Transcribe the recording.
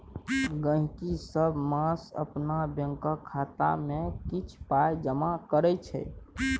गहिंकी सब मास अपन बैंकक खाता मे किछ पाइ जमा करै छै